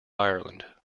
ireland